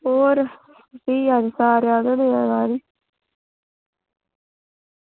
अच्छा ते होर भी ते सारे गै होआ दा ते